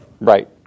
Right